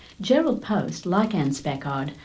jerrold post, like anne speckhard,